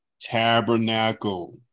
Tabernacle